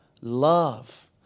love